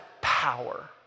power